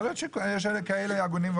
יכול להיות שיש כאלה הגונים.